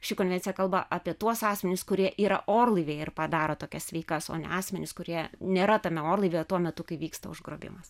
ši konvencija kalba apie tuos asmenis kurie yra orlaivyje ir padaro tokias veikas o ne asmenys kurie nėra tame orlaivyje tuo metu kai vyksta užgrobimas